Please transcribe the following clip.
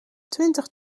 twintig